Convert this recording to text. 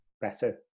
better